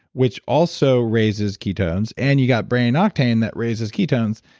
which also raises ketones and you got brain octane that raises ketones,